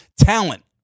talent